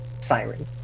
siren